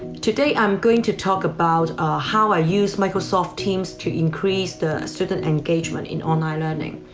today i'm going to talk about how i use microsoft teams to increase the student engagement in online learning.